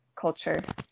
culture